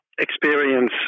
experience